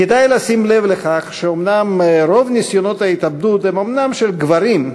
כדאי לשים לב לכך שרוב ניסיונות ההתאבדות הם אומנם של גברים,